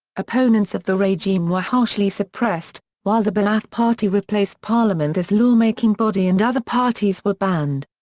opponents of the regime were harshly suppressed, while the ba'ath party replaced parliament as law-making body and other parties were banned.